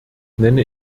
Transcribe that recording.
nenne